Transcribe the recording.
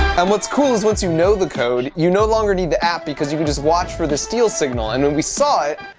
and what's cool is once you know the code, you no longer need the app because you can just watch for the steal signal and when we saw it,